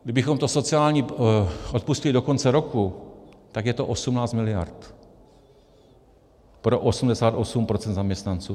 Kdybychom to sociální odpustili do konce roku, tak je to 18 mld. pro 88 % zaměstnanců.